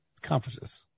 conferences